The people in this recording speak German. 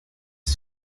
das